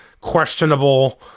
questionable